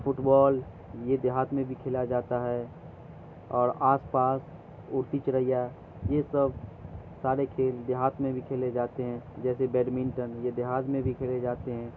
fit بال یہ دیہات میں بھی کھیلا جاتا ہے اور آس پاس ارٹی چریا یہ سب سارے کھیل دیہات میں بھی کھیلے جاتے ہیں جیسے بیڈمنٹن یہ دیہات میں بھی کھیلے جاتے ہیں